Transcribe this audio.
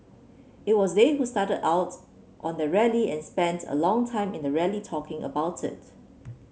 it was they who started out on their rally and spent a long time in the rally talking about it